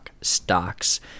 stocks